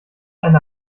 eine